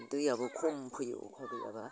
दैयाबो खम फैयो अखा गैयाब्ला